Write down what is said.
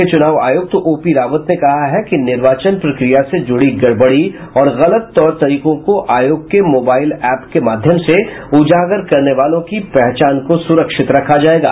मुख्य चुनाव आयुक्त ओपी रावत ने कहा है कि निर्वाचन प्रक्रिया से जुड़ी गड़बड़ी और गलत तौर तरीकों को आयोग के मोबाइल एप के माध्यम से उजागर करने वालों की पहचान को स्रक्षित रखा जायेगा